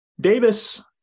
Davis